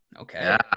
Okay